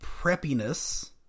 preppiness